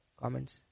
comments